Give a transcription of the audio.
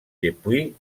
depuis